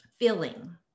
feeling